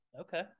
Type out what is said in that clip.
Okay